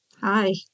Hi